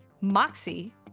Moxie